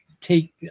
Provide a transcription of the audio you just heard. take